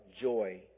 joy